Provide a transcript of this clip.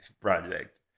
project